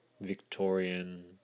Victorian